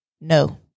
No